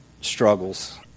struggles